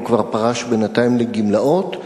הוא כבר פרש בינתיים לגמלאות,